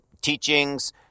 teachings